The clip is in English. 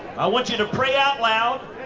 i want you to pray out loud,